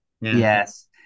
yes